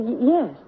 Yes